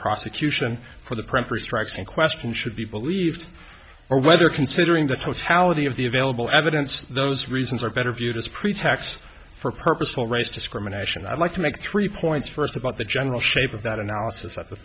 prosecution for the printer strikes in question should be believed or whether considering the totality of the available evidence those reasons are better viewed as pretext for purposeful race discrimination i'd like to make three points first about the general shape of that analysis at the